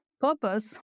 purpose